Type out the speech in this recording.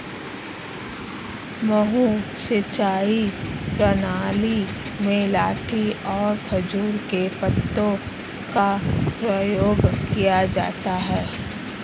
मद्दू सिंचाई प्रणाली में लाठी और खजूर के पत्तों का प्रयोग किया जाता है